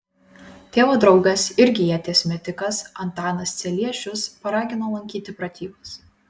tėvo draugas irgi ieties metikas antanas celiešius paragino lankyti pratybas